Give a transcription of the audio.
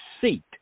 seat